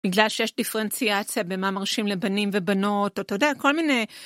בגלל שיש דיפרנציאציה במה מרשים לבנים ובנות, או אתה יודע, כל מיני...